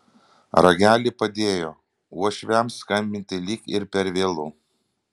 ragelį padėjo uošviams skambinti lyg ir per vėlu